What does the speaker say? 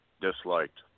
disliked